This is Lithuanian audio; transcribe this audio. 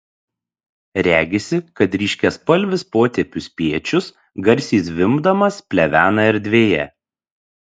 regisi kad ryškiaspalvis potėpių spiečius garsiai zvimbdamas plevena erdvėje